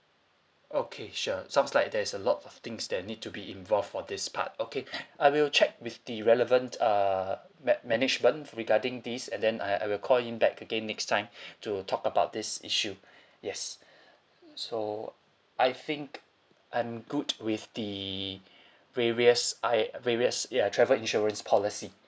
okay sure sounds like there's a lot of things that need to be involved for this part okay I will check with the relevant uh ma~ management regarding this and then I I will call in back again next time to talk about this issue yes so I think I'm good with the various I various ya travel insurance policy